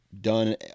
done